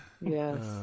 Yes